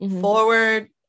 forward